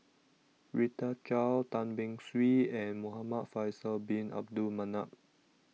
Rita Chao Tan Beng Swee and Muhamad Faisal Bin Abdul Manap